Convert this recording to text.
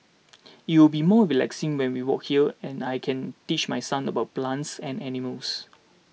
it will be more relaxing when we walk here and I can teach my son about plants and animals